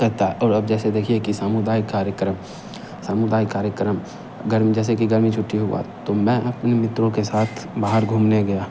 करता है और अब जैसे देखिए कि समुदाय कार्यक्रम समुदाय कार्यक्रम गर्मी जैसे कि गर्मी छुट्टी हुआ तो मैं अपने मित्रों के साथ बाहर घूमने गया